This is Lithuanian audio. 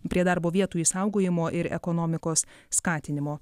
prie darbo vietų išsaugojimo ir ekonomikos skatinimo